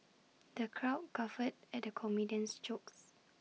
the crowd guffawed at the comedian's jokes